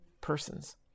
persons